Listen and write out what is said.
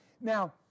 Now